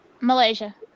malaysia